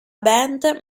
band